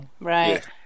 Right